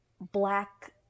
black